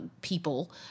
people